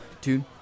Dude